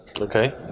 Okay